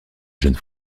jeune